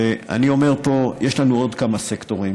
ואני אומר פה: יש לנו עוד כמה סקטורים